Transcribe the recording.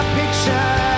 picture